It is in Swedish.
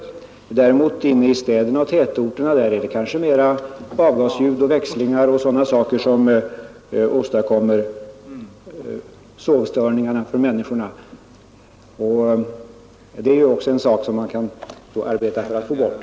Inne i städer och tätorter är det kanske mera avgasljud och växlingar som åstadkommer störningar för människorna. Det är fysiskt buller som man kan arbeta på att få bort.